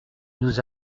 nous